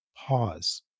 pause